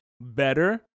better